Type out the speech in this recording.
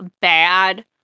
bad